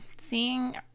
seeing